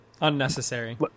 unnecessary